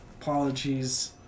Apologies